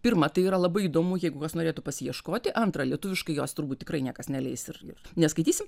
pirma tai yra labai įdomu jeigu kas norėtų pasiieškoti antra lietuviškai jos turbūt tikrai niekas neleis ir ir neskaitysim